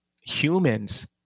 humans